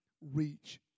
reach